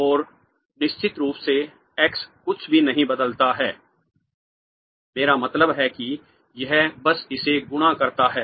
और निश्चित रूप से एक्स कुछ भी नहीं बदलता है मेरा मतलब है कि यह बस इसे गुणा करता है